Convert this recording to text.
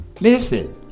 listen